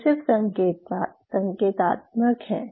ये सिर्फ संकेतात्मक है